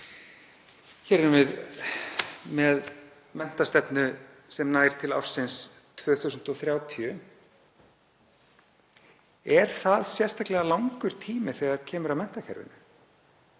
við með menntastefnu sem nær til ársins 2030. Er það sérstaklega langur tími þegar kemur að menntakerfinu?